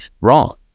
wrong